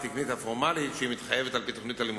התקנית הפורמלית המתחייבת על-פי תוכנית הלימודים,